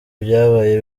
byabaye